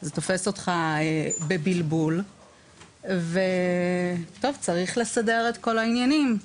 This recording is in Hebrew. זה תופס אותך בבלבול ועכשיו צריך לסדר את כל העניינים,